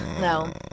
No